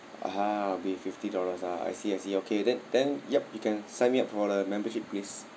ah will be fifty dollars ah I see I see okay then then yup you can sign me up for the membership please